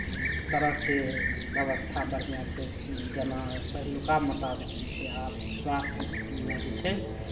तरहके व्यवस्था बढ़िआँ छै जेना पहिलुका मुताबिक जे छै आब स्वास्थ्यमे जे छै